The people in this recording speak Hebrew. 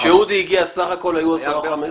כשאודי הגיע, סך הכול היו עשרה או 15?